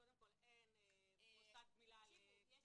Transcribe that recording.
קודם כל אין מוסד גמילה לקטינים